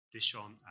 Dishon